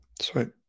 Sweet